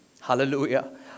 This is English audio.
Hallelujah